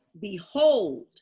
behold